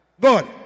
good